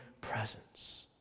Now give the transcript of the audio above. presence